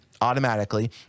automatically